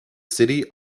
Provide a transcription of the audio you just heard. city